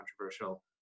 controversial